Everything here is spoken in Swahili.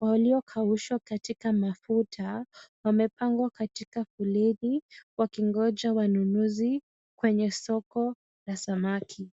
waliokauswa katika mafuta wamepangwa katika buleri, wakingoja wanunuzi kwenye soko la samaki.